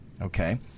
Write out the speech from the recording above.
Okay